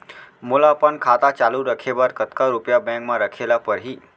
मोला अपन खाता चालू रखे बर कतका रुपिया बैंक म रखे ला परही?